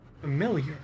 familiar